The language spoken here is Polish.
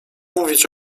mówić